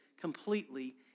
completely